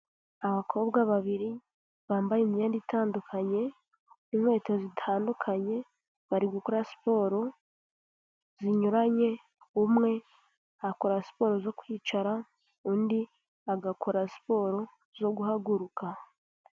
Abakobwa babiri bambaye imyenda itandukanye n'inkweto zitandukanye, bari gukora siporo zinyuranye, umwe akora siporo zo kwicara, undi agakora siporo zo guhaguruka.